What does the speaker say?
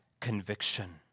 Conviction